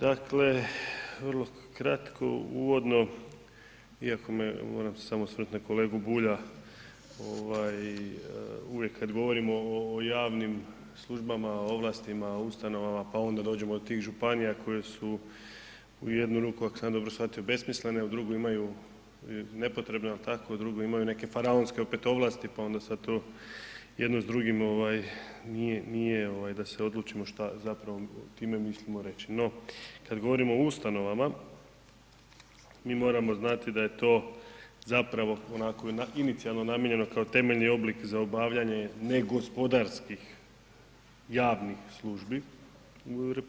Dakle, vrlo kratko, uvodno iako moram se samo osvrnuti na kolegu Bulja, uvijek govorimo o javnim službama, ovlastima, ustanovama pa onda dođemo do tih županija koje su u jednu ruku ako sam ja dobro shvatio besmislene a u drugu imaju nepotrebno, jel tako, a druge imaju neke faraonske opet ovlasti pa onda sad to jedno s drugim nije da se odlučimo šta zapravo time mislimo reći no kad govorimo o ustanovama, mi moramo znati da je to zapravo onako jedna inicijalna namijenjeno kao temeljni oblik za obavljanje negospodarskih javnih službi u RH,